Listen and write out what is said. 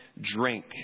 drink